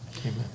Amen